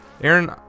Aaron